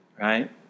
right